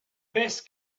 best